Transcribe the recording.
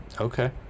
Okay